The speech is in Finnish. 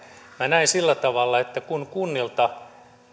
minä näen sillä tavalla että kun kunnilta